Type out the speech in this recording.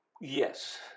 Yes